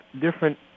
different